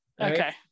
Okay